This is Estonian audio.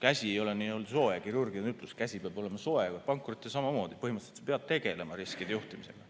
Käsi ei ole n‑ö soe – kirurgide ütlus. Käsi peab olema soe. Pankuritega on samamoodi, põhimõtteliselt peab tegelema riskide juhtimisega.